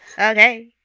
okay